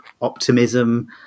optimism